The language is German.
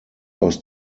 aus